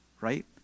right